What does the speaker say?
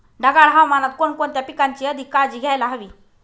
ढगाळ हवामानात कोणकोणत्या पिकांची अधिक काळजी घ्यायला हवी?